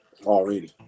already